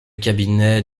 cabinet